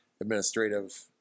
administrative